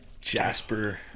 Jasper